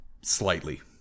slightly